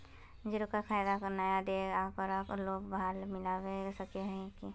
जेकरा दिखाय नय दे है ओकरा कुछ लाभ मिलबे सके है की?